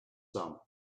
some